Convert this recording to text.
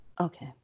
Okay